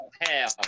hell